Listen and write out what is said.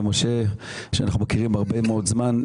ממשה שאנחנו מכירים הרבה מאוד זמן,